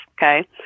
Okay